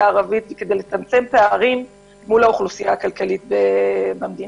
הערבית וכדי לצמצם פערים מול האוכלוסייה הכללית במדינה.